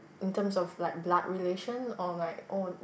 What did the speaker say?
in terms of blood blood relation or like own